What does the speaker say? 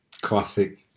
classic